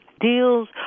deals